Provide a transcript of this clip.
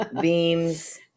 Beams